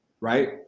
Right